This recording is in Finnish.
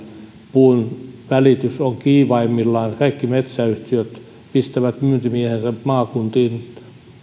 puunvälitys on kiivaimmillaan kaikki metsäyhtiöt pistävät myyntimiehensä maakuntiin